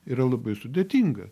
yra labai sudėtinga